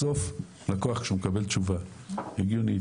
בסוף לקוח כשהוא מקבל תשובה הגיונית,